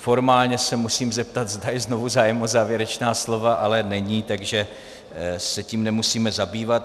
Formálně se musím zeptat, zda je znovu zájem o závěrečná slova, ale není, takže se tím nemusíme zabývat.